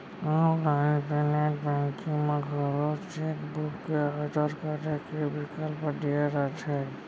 online net banking म घलौ cheque book के आडर करे के बिकल्प दिये रथे